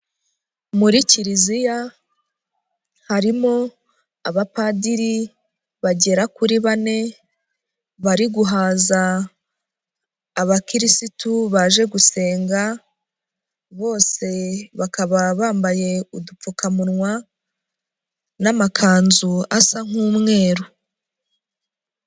Muri kiliziya harimo abapadiri bagera kuri bane, bari guhaza abakirisitu baje gusenga, bose bakaba bambaye udupfukamunwa n'amakanzu asa nk'umweruru.